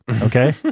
Okay